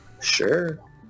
sure